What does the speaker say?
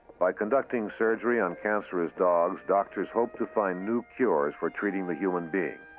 by conducting surgery on cancerous dogs, doctors hope to find new cures for treating the human being.